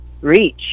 reach